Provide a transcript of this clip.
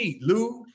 Lou